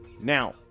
Now